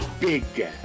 Big